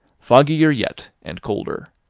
foggier yet, and colder.